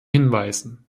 hinweisen